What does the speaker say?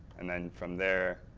and then from there,